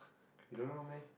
you don't know meh